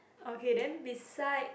okay then beside